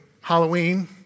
Halloween